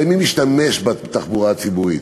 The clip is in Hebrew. הרי מי משתמש בתחבורה הציבורית?